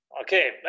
Okay